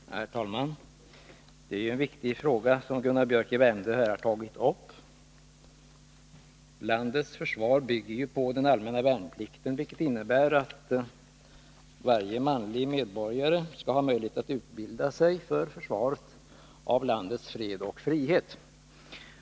Herr talman! Det är en viktig fråga som Gunnar Biörck i Värmdö har tagit upp. Landets försvar bygger på den allmänna värnplikten, vilket innebär att varje manlig medborgare skall ha möjlighet att utbilda sig för försvaret av landets fred och frihet.